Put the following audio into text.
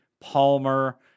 Palmer